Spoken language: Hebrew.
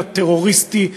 הטרוריסטי,